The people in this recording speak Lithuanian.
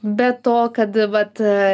be to kad vat